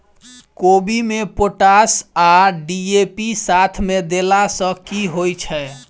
कोबी मे पोटाश आ डी.ए.पी साथ मे देला सऽ की होइ छै?